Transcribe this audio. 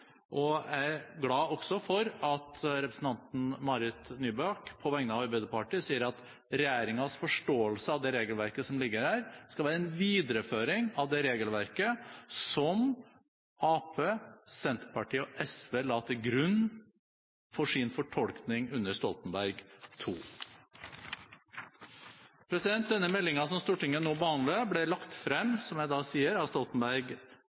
Jeg er også glad for at representanten Marit Nybakk på vegne av Arbeiderpartiet sier at regjeringens forståelse av det regelverket som ligger her, skal være en videreføring av det regelverket som Arbeiderpartiet, Senterpartiet og SV la til grunn for sin fortolkning under Stoltenberg II-regjeringen. Den meldingen som Stortinget nå behandler, ble lagt frem av Stoltenberg